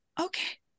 Okay